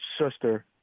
sister